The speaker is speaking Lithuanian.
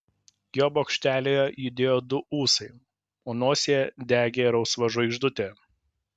jo bokštelyje judėjo du ūsai o nosyje degė rausva žvaigždutė